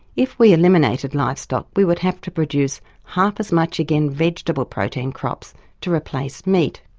if we eliminated livestock we would have to produce half as much again vegetable protein crops to replace meat.